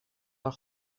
are